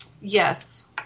Yes